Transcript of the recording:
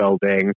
building